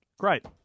Great